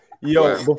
Yo